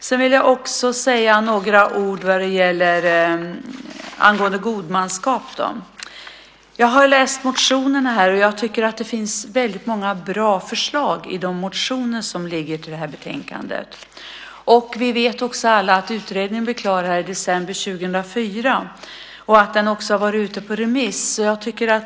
Jag vill även säga några ord angående godmanskap. Jag har läst motionerna till detta betänkande och tycker att det finns många bra förslag i dessa. Vi vet alla att utredningen blev klar i december 2004, och den har därefter varit ute på remiss.